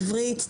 עברית,